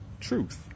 truth